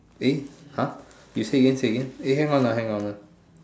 eh !huh! you say again you say again eh hang on ah hang on